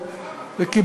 לא זו